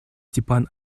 степан